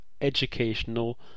educational